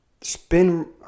spin